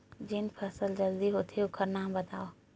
जेन फसल जल्दी होथे ओखर नाम बतावव?